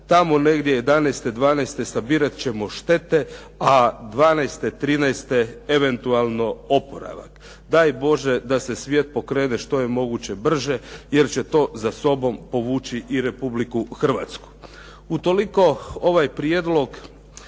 ćemo štete, a dvanaeste, trinaeste eventualno oporavak. Daj Bože da se svijet pokrene što je moguće brže, jer će to za sobom povući i Republiku Hrvatsku. Utoliko ovaj prijedlog